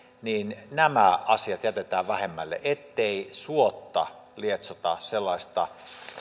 niin nämä asiat jätetään vähemmälle ettei suotta lietsota sellaista